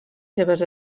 seves